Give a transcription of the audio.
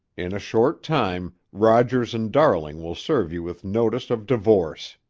in a short time rogers and daring will serve you with notice of divorce.